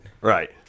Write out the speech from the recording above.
Right